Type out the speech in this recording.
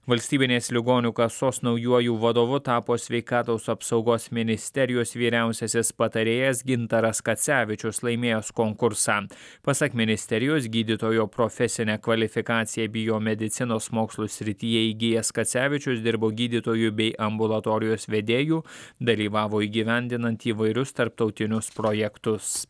valstybinės ligonių kasos naujuoju vadovu tapo sveikatos apsaugos ministerijos vyriausiasis patarėjas gintaras kacevičius laimėjęs konkursą pasak ministerijos gydytojo profesinę kvalifikaciją biomedicinos mokslų srityje įgijęs kacevičius dirbo gydytoju bei ambulatorijos vedėju dalyvavo įgyvendinant įvairius tarptautinius projektus